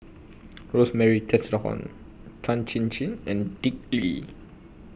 Rosemary Tessensohn Tan Chin Chin and Dick Lee